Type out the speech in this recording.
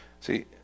See